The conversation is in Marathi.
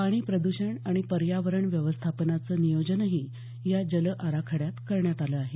पाणी प्रद्षण आणि पर्यावरण व्यवस्थापनाचं नियोजनही या जल आराखड्यात करण्यात आलं आहे